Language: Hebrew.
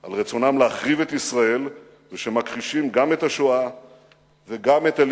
על רצונם להחריב את ישראל ומכחישים גם את השואה